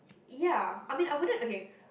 ya I mean I wouldn't okay